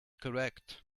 correct